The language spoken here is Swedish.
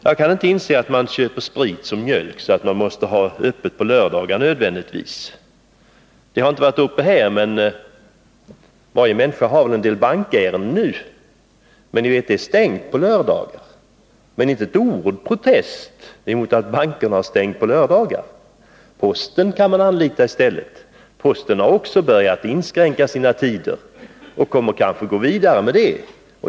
Jag kan inte inse att man köper sprit som mjölk, så att butikerna nödvändigtvis måste ha öppet på lördagarna. Det har inte berörts här, men varje människa har väl en del bankärenden och bankerna är stängda på lördagarna. Inte ett ord till protest mot att bankerna har lördagsstängt. Man kan anlita posten i stället, men posten har också börjat inskränka sina tider och kommer kanske att gå vidare med det.